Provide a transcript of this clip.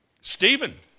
Stephen